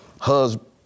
husband